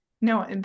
no